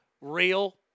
real